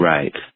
Right